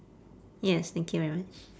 yes thank you very much